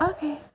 Okay